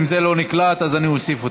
אם זה לא נקלט אז אני אוסיף אותה.